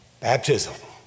Baptism